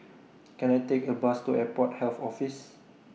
Can I Take A Bus to Airport Health Office